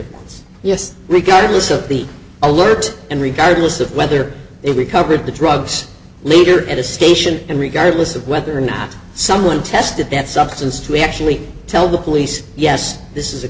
yes regardless of the alert and regardless of whether they recovered the drugs leader at the station and regardless of whether or not someone tested that substance to actually tell the police yes this is a